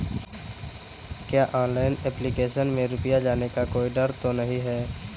क्या online application में रुपया जाने का कोई डर तो नही है?